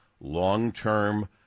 long-term